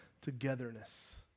togetherness